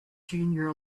junior